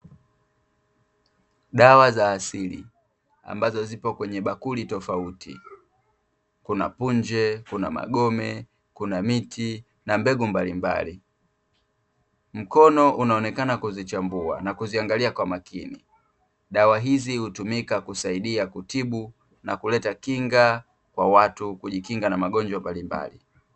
Dawa za asili ambazo zipo kwenye bakuli tofauti, kuna punje, magome, miti na mbegu mbalimbali. Mkono unaonekana kuzichambua na kuziangalia kwa makini. Dawa hizi hutumika kusaidia kutibu na kuleta kinga kwa watu kujikinga na magonjwa mbalimbali.